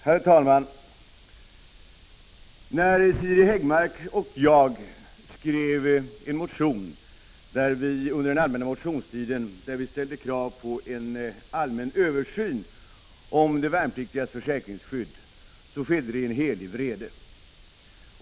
Herr talman! När Siri Häggmark och jag under den allmänna motionstiden skrev en motion där vi ställde krav på en allmän översyn av de värnpliktigas försäkringsskydd skedde det i en helig vrede.